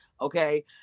okay